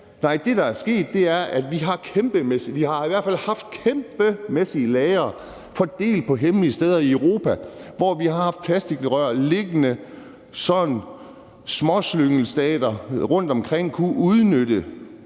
Nej, det, der er sket, er, at vi har haft kæmpemæssige lagre fordelt på hemmelige steder i Europa, hvor vi har haft plastikrør liggende, sådan at småslyngelstater rundtomkring kunne udnytte